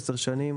עשר שנים,